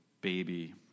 baby